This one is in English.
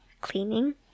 cleaning